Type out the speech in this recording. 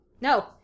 No